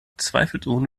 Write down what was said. zweifelsohne